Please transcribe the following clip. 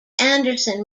anderson